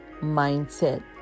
mindset